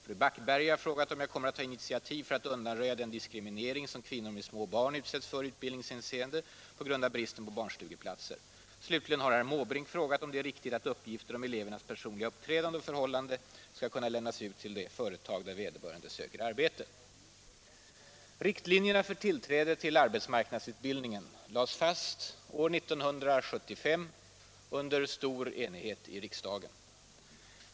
Fru Backberger har frågat om jag kommer att ta initiativ för att undanröja den diskriminering som kvinnor med små barn utsätts för i utbildningshänseende på grund av bristen på barnstugeplatser. Slutligen har herr Måbrink frågat om det är riktigt att uppgifter om elevernas personliga uppträdande och förhållanden skall kunna lämnas ut till det företag där vederbörande söker arbete. Riktlinjerna för tillträde till arbetsmarknadsutbildningen lades fast år 1975 under stor enighet i riksdagen.